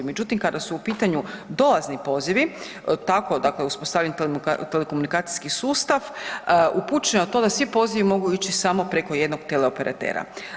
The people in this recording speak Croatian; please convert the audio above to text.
Međutim, kada su u pitanju dolazni pozivi, tako dakle uspostavite telekomunikacijski sustav, upućuje na to da svi pozivi mogu ići samo preko jednog teleoperatera.